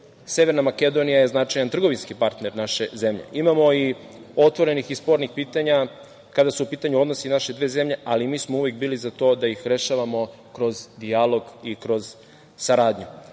života. Severna Makedonija je značajan trgovinski partner naše zemlje. Imamo otvorenih i spornih pitanja kada su u pitanju odnosi naše dve zemlje, ali mi smo uvek bili za to da ih rešavamo kroz dijalog i kroz saradnju. Rezultat